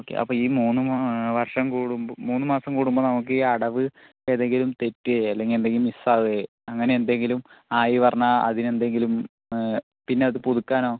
okay അപ്പോൾ ഈ മൂന്ന് വർഷം മൂന്ന് മാസം കൂടുമ്പോൾ നമുക്ക് ഈ അടവ് ഏതെങ്കിലും തെറ്റുവേ അല്ലെങ്കിൽ എന്തെങ്കിലും മിസ്സ് ആകുവോ അങ്ങനെ എന്തെങ്കിലും ആയിന്ന് പറഞ്ഞാൽ അതിന് എന്തെങ്കിലും പിന്നെ അത് പുതുക്കാനോ